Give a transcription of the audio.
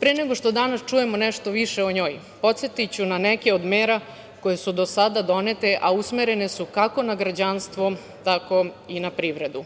Pre nego što danas čujemo nešto više o njoj, podsetiću na neke od mere koje su do sada donete, a usmerene su kako na građanstvo tako i na privredu.